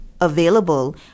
available